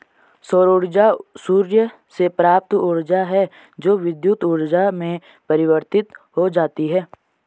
सौर ऊर्जा सूर्य से प्राप्त ऊर्जा है जो विद्युत ऊर्जा में परिवर्तित हो जाती है